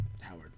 Howard